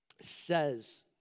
says